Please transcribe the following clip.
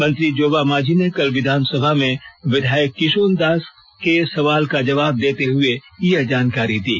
मंत्री जोबा मांझी ने कल विधानसभा में विधायक किशुन कुमार दास के सवाल का जवाब देते हुए यह जानकारी दी